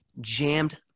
jammed